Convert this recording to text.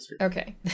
Okay